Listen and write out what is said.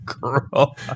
girl